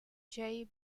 jay